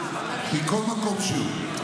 מכל מקום שהוא,